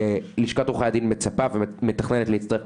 לשכת עורכי הדין מצפה ומתכננת להצטרף,